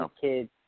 kids